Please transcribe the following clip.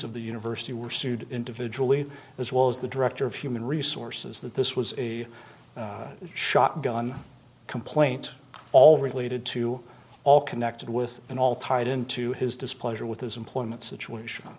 of the university were sued individually as well as the director of human resources that this was a shotgun complaint all related to all connected with and all tied into his displeasure with his employment situation